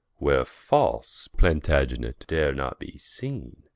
where false plantagenet dare not be seene